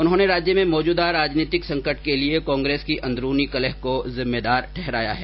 उन्होंने राज्य में मौजूदा राजनीतिक संकट के लिए कांग्रेस की अंदरूनी कलह को जिम्मेदार ठकराया है